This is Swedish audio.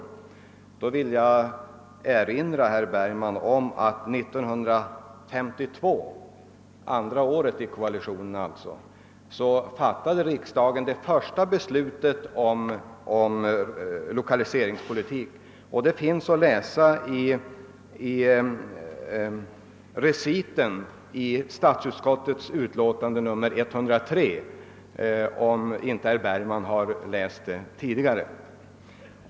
Jag vill erinra herr Bergman om att 1952 — alltså det andra året under koalitionen — fattade riksdagen det första beslutet om lokaliseringspolitiken. Det finns att läsa i reciten till statsutskottets utlåtande nr 103.